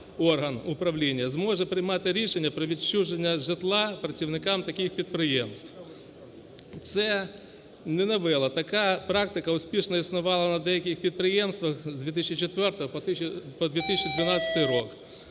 орган управління зможе приймати рішення про відчуження житла працівникам таких підприємств, це не новела. Така практика успішно існувала на деяких підприємствах з 2004 по 2012 рік